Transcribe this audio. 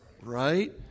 Right